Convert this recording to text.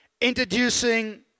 introducing